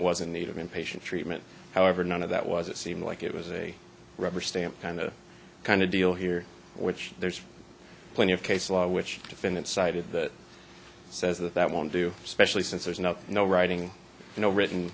wasn't needed in patient treatment however none of that was it seemed like it was a rubber stamp kind of kind of deal here which there's plenty of case law which defendant cited that says that that won't do especially since there's no no writing no written